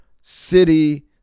city